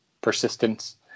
persistence